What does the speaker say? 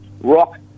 rock